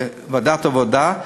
לוועדת העבודה,